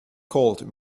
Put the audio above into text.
called